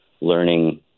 learning